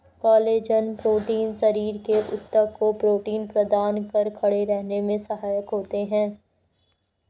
collagen protein शरीर के ऊतक को प्रोटीन प्रदान कर खड़े रहने में सहायक होता है